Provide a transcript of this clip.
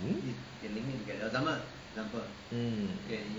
mm mm